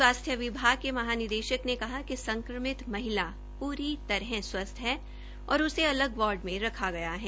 स्वास्थ्य विभाग के महानिदेशक ने कहा कि संक्रमित महिला पूरी तरह स्वस्थ है और उसे अलग वार्ड में रखा गया है